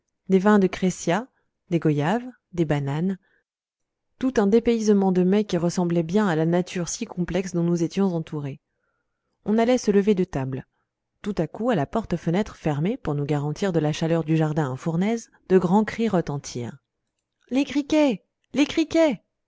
les vins de crescia des goyaves des bananes tout un dépaysement de mets qui ressemblait bien à la nature si complexe dont nous étions entourés on allait se lever de table tout à coup à la porte-fenêtre fermée pour nous garantir de la chaleur du jardin en fournaise de grands cris retentirent les criquets les criquets